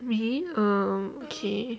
me um okay